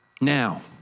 now